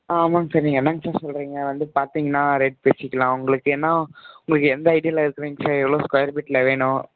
ஆ ஆமாங்க சார் நீங்கள் என்னெங்க சார் சொல்றீங்க வந்து பார்த்தீங்கன்னா ரேட் பேசிக்கலாம் உங்களுக்கு ஏன்னால் உங்களுக்கு எந்த ஐடியாவில் இருக்கிறீங்க சார் எவ்வளோ ஸ்கொயர் ஃபீட்டில் வேணும்